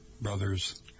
Brothers